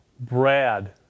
Brad